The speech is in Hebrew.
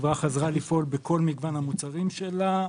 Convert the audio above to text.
והחברה חזרה לפעול בכל מגוון המוצרים שלה,